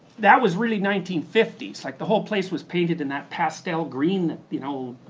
that was really nineteen fifty s like the whole place was painted in that pastel green that, you know,